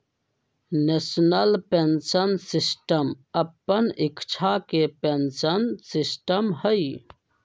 national pension system अप्पन इच्छा के पेंशन सिस्टम हइ